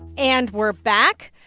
and we're back.